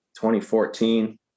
2014